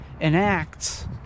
enacts